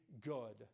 good